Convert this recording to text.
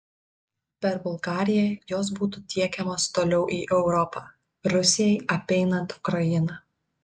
per bulgariją jos būtų tiekiamos toliau į europą rusijai apeinant ukrainą